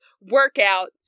workout